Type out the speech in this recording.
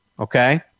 Okay